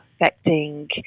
affecting